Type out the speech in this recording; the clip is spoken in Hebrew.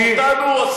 אותנו,